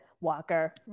Walker